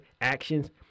Actions